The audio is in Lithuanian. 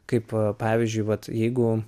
kaip pavyzdžiui vat jeigu